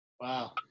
Wow